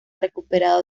recuperado